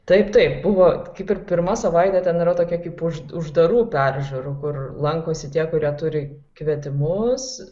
taip taip buvo kaip ir pirma savaitė ten yra tokia kaip už uždarų peržiūrų kur lankosi tie kurie turi kvietimus